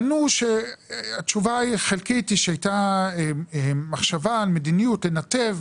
התשובה החלקית היא שהייתה מחשבה על מדיניות לנתב